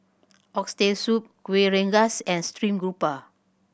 Oxtail Soup Kuih Rengas and stream grouper